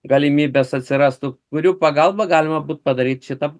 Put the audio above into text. galimybės atsirastų kurių pagalba galima būtų padaryt šitą